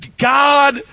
God